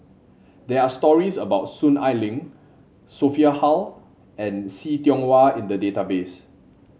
there are stories about Soon Ai Ling Sophia Hull and See Tiong Wah in the database